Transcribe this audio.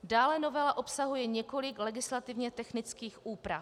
Dále novela obsahuje několik legislativně technických úprav.